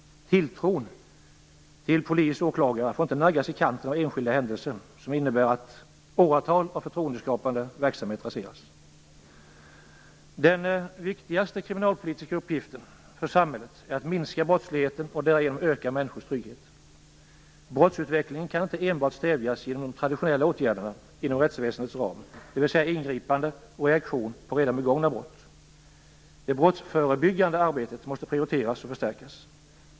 Tilltron till polis och åklagare får inte naggas i kanten av enskilda händelser som innebär att åratal av förtroendeskapande verksamhet raseras. Den viktigaste kriminalpolitiska uppgiften för samhället är att minska brottsligheten och därigenom öka människors trygghet. Brottsutvecklingen kan inte enbart stävjas genom de traditionella åtgärderna inom rättsväsendets ram, dvs. ingripande och reaktion på redan begångna brott. Det brottsförebyggande arbetet måste prioriteras och förstärkas.